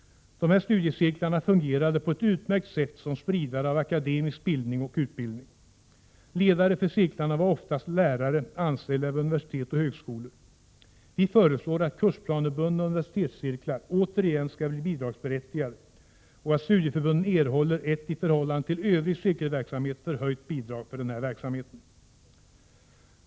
Dessa studiecirklar fungerade på ett utmärkt sätt som spridare av akademisk bildning och utbildning. Ledare för cirklarna var oftast lärare anställda vid universitet och högskolor. Vi föreslår att kursplanebundna universitetscirklar återigen skall bli bidragsberättigade och att studieförbunden erhåller ett i förhållande till övrig cirkelverksamhet förhöjt bidrag för denna verksamhet.